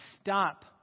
stop